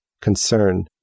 concern